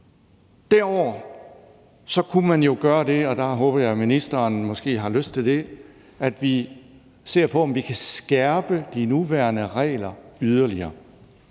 Derudover kunne vi jo gøre det – og det håber jeg at ministeren måske har lyst til – at vi ser på, om vi kan skærpe de nuværende regler yderligere.